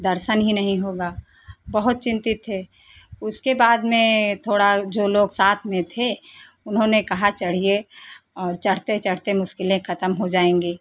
दर्शन ही नहीं होगा बहुत चिंतित थे उसके बाद में थोड़ा जो लोग साथ में थे उन्होंने कहा चढ़िए और चढ़ते चढ़ते मुश्किलें खत्म हो जाएंगी